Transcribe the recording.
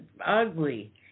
ugly